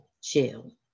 chill